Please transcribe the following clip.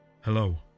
Hello